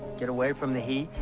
get away from the heat,